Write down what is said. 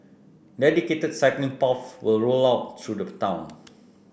dedicated cycling paths will rolled out through the town